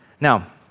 Now